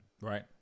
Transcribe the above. right